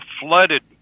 flooded